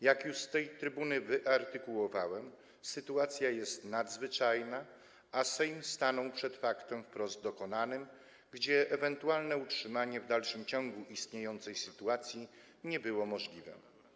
Jak już z tej trybuny wyartykułowałem, sytuacja jest nadzwyczajna, a Sejm stanął przed faktem wprost dokonanym, gdzie ewentualne utrzymanie istniejącej sytuacji nie było możliwe.